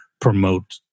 promote